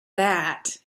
that